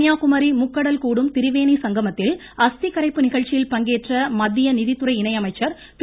கன்னியாகுமரி முக்கடல் கூடும் திரிவேணி சங்கமத்தில் அஸ்தி கரைப்பு நிகழ்ச்சியில் பங்கேற்ற மத்திய நிதித்துறை இணை அமைச்சர் திரு